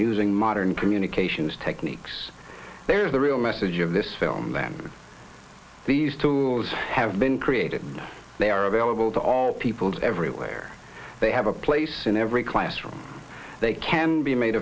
using modern communications techniques there's a real message of this film that these tools have been created they are available to all peoples everywhere they have a place in every classroom they can be made